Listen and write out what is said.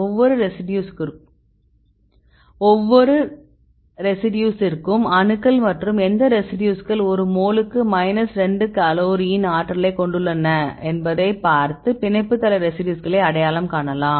ஒவ்வொரு ரெசிடியூசிற்கும் அணுக்கள் மற்றும் எந்த ரெசிடியூஸ்கள் ஒரு மோலுக்கு மைனஸ் 2 கலோரியின் ஆற்றலைக் கொண்டுள்ளன என்பதைப் பார்த்து பிணைப்பு தள ரெசிடியூஸ்களை அடையாளம் காணலாம்